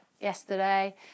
yesterday